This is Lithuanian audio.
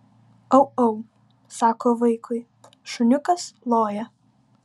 au au sako vaikui šuniukas loja